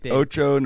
ocho